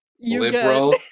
liberal